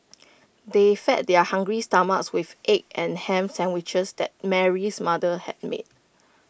they fed their hungry stomachs with the egg and Ham Sandwiches that Mary's mother had made